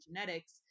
genetics